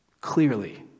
clearly